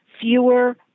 fewer